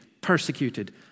persecuted